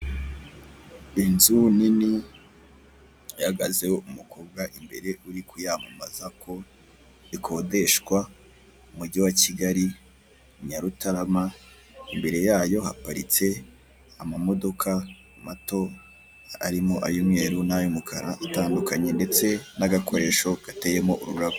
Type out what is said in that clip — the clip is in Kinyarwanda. Inzu nini ihagazeho umukobwa imbere urikuyamamza ko ikodeshwa mu mujyi wa Kigali-Nyarutarama, imbere yayo haparitse amamodoka mato arimo ay'umweru n'ay'umukara utandukanye ndetse n'agakoresho gateyemo ururabo.